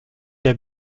der